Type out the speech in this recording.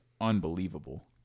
unbelievable